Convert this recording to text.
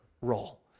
role